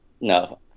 no